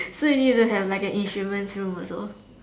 so you really don't have like an insurance room also